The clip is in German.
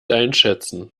einschätzen